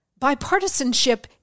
Bipartisanship